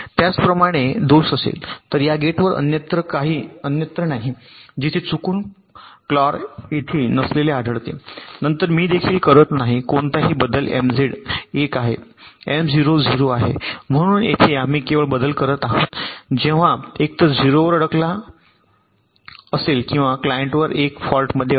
त्याचप्रमाणे दोष असेल तर या गेटवर अन्यत्र नाही जिथे चुकून क्लॉर येथे नसलेले आढळते नंतर मी देखील करत नाही कोणताही बदल एमझेड 1 आहेM0 0 आहे म्हणून येथे आम्ही केवळ बदल करत आहोत जेव्हा एकतर 0 वर अडकला असेल किंवा क्लायंटवर 1 फॉल्टमध्ये अडकला असेल